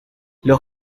los